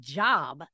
job